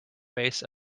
base